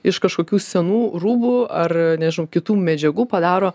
iš kažkokių senų rūbų ar nežinau kitų medžiagų padaro